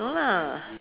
no lah